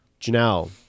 Janelle